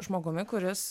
žmogumi kuris